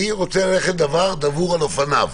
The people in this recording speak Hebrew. אני רוצה ללכת דבר דבור על אופניו,